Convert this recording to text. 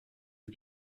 are